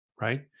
right